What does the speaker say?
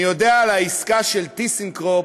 אני יודע על העסקה של "טיסנקרופ"